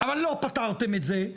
אבל לא פתרתם את זה,